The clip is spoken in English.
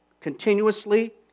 continuously